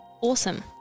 Awesome